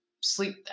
sleep